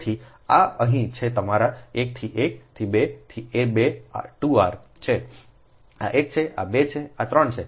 તેથી આ અહીં છે તે તમારા 1 થી 1 થી 2 એ 2 r છે આ 1 છે આ 2 છે આ 3 છે આ ખરેખર 2 r છે